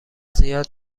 زیاد